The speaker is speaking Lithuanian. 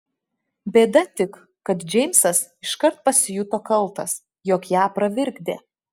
bėda tik kad džeimsas iškart pasijuto kaltas jog ją pravirkdė